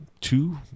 two